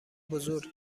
بزرگ